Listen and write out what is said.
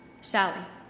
Sally